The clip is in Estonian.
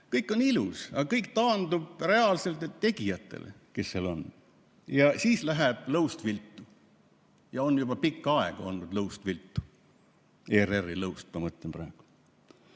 kõik on ilus, aga kõik taandub reaalselt nendele tegijatele, kes seal on, ja siis läheb lõust viltu. Juba pikka aega on olnud lõust viltu, ERR‑i lõusta ma mõtlen praegu. Ma